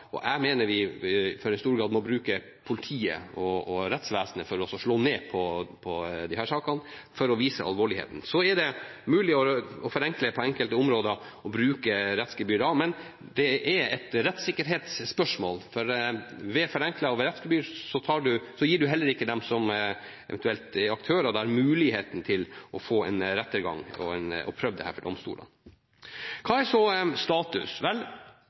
har. Jeg mener vi for en stor grad må bruke politiet og rettsvesenet for å slå ned på disse sakene for å vise alvorligheten. Så er det mulig å forenkle på enkelte områder og bruke rettsgebyrer. Men det er et rettssikkerhetsspørsmål, for ved forenklet rettsgebyr gir man heller ikke dem som eventuelt er aktører der, muligheten til å få en rettergang og få prøvd dette for domstolene. Hva er så status?